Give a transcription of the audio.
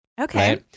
Okay